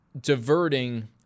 diverting